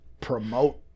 promote